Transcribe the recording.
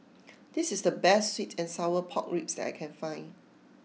this is the best Sweet and Sour Pork Ribs that I can find